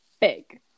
Big